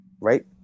right